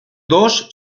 dos